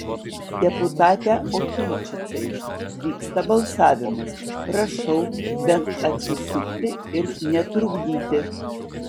deputate okinčicai vyksta balsavimas prašau bent atsisukti ir netrukdyti